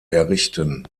errichten